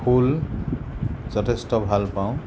ফুল যথেষ্ট ভাল পাওঁ